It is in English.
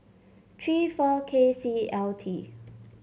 three four K C L T